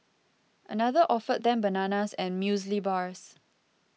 another offered them bananas and muesli bars